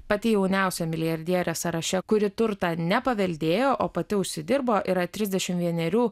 pati jauniausia milijardierė sąraše kuri turtą ne paveldėjo o pati užsidirbo yra trisdešimt vienerių